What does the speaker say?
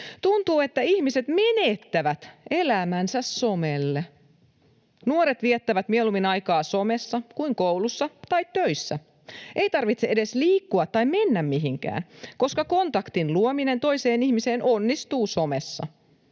Tuntuu, että ihmiset menettävät elämänsä somelle. Nuoret viettävät mieluummin aikaa somessa kuin koulussa tai töissä. Ei tarvitse edes liikkua tai mennä mihinkään, koska kontaktin luominen toiseen ihmiseen onnistuu somessa.